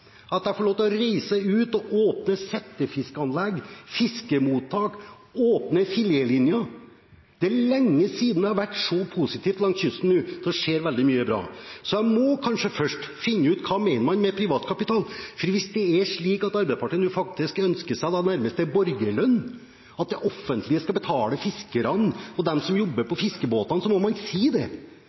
at jeg får lov til å reise ut og åpne settefiskanlegg, fiskemottak og filetlinjer. Det er lenge siden det har vært så positivt på kysten som nå. Det skjer veldig mye bra. Så jeg må kanskje først finne ut hva man mener med privatkapital. For hvis det er slik at Arbeiderpartiet faktisk ønsker seg nærmest en borgerlønn – at det offentlige skal betale fiskerne og de som jobber på fiskebåtene – så må man si det. Privatkapital er for meg noe positivt – det